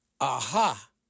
Aha